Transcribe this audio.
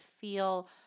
feel